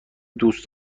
دوست